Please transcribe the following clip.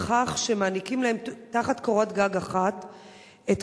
בכך שהם מעניקים להם תחת קורת-גג אחת את